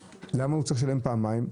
למה הוא צריך לשלם פעמיים,